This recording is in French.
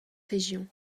région